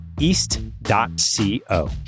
east.co